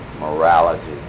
morality